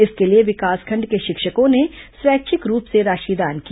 इसके लिए विकासखंड के शिक्षकों ने स्वैच्छिक रूप से राशि दान की